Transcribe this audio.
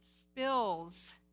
spills